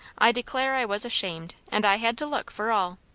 i declare i was ashamed, and i had to look, for all.